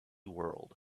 world